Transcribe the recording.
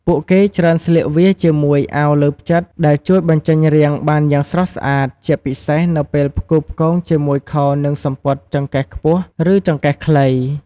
ពួកគេច្រើនស្លៀកវាជាមួយអាវលើផ្ចិត ដែលជួយបញ្ចេញរាងបានយ៉ាងស្រស់ស្អាត ជាពិសេសនៅពេលផ្គូផ្គងជាមួយខោ និងសំពត់ចង្កេះខ្ពស់ ឬចង្កេះខ្លី។